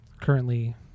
currently